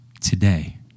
today